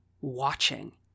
watching